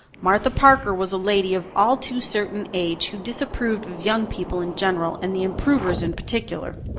martha parker was a lady of all too certain age who disapproved of young people in general and the improvers in particular.